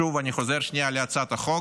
שוב, אני חוזר שנייה להצעת החוק.